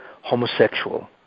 homosexual